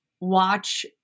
watch